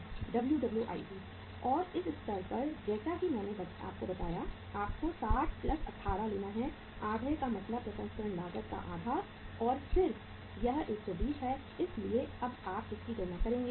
WWIP और इस स्तर पर जैसा कि मैंने आपको बताया आपको 60 18 लेना है आधा का मतलब प्रसंस्करण लागत का आधा और फिर यह 120 है इसलिए अब आप इसकी गणना करेंगे